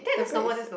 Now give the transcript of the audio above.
the bread is